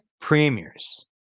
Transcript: premiers